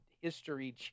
history